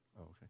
Okay